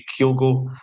Kyogo